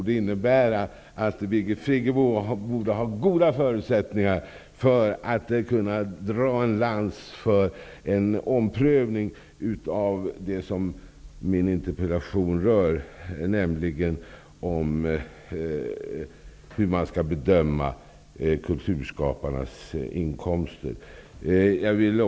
Det innebär att Birgit Friggebo borde ha goda förutsättningar för att kunna bryta en lans för en omprövning av det som min interpellation rör, nämligen om hur kulturskaparnas inkomster skall bedömas.